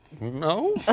No